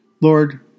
Lord